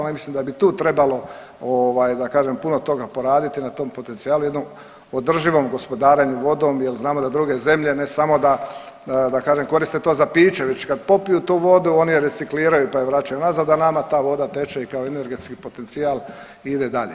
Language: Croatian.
Ja mislim da bi tu trebalo ovaj da kažem puno toga poraditi na tom potencijalu, jednom održivom gospodarenju vodom jer znamo da druge zemlje ne samo da, da kažem koriste to za piće već kad popiju tu vodu oni je recikliraju pa je vraćaju nazad, a nama ta voda teče i kao energetski potencijal ide dalje.